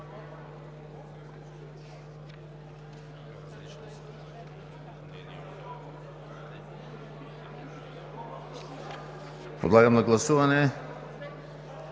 Подлагам на гласуване